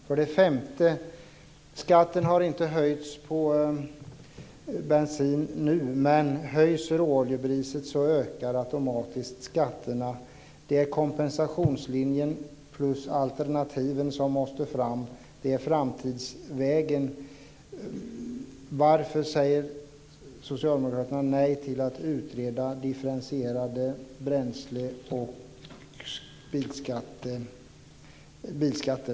För det femte: Skatten på bensin har inte höjts nu, men höjs råoljepriset ökar automatiskt skatterna. Det är kompensationslinjen plus alternativen som måste fram. Det är framtidsvägen. Varför säger socialdemokraterna nej till att utreda differentierade bränsle och bilskatter?